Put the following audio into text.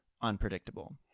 unpredictable